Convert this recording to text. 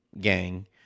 gang